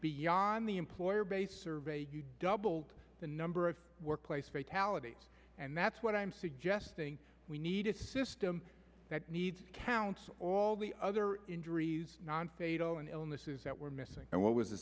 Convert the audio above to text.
beyond the employer based survey doubled the number of workplace vitality and that's what i'm suggesting we need a system that needs counsel all the other injuries non fatal and illnesses that were missing and what was the